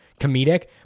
comedic